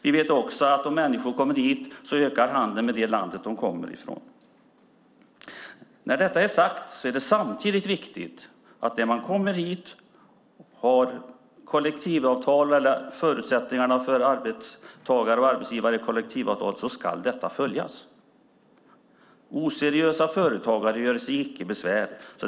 Vi vet också att om människor kommer hit ökar handeln med det land de kommer ifrån. När detta är sagt är det samtidigt viktigt att när man kommer hit ska förutsättningarna för arbetsgivare och arbetstagare i kollektivavtal följas. Oseriösa företagare göre sig icke besvär.